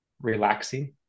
relaxing